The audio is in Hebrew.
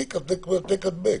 העתק-הדבק.